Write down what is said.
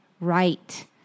right